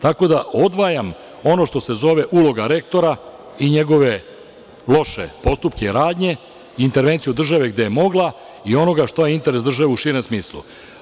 Tako da odvajam ono što se zove uloga rektora i njegove loše postupke, radnje, intervenciju države gde je mogla i onoga šta je interes države u širem smislu.